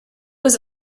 was